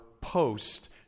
post